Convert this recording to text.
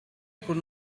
could